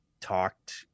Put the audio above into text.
talked